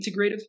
integrative